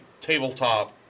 tabletop